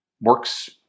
works